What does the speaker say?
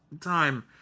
time